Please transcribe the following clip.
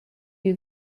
you